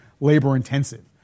labor-intensive